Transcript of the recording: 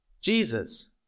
Jesus